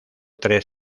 tres